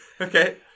Okay